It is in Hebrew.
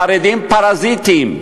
החרדים פרזיטים,